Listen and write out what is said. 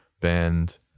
band